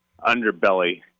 underbelly